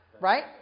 right